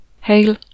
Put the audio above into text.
Hail